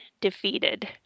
defeated